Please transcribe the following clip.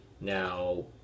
now